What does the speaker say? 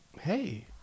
Hey